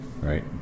Right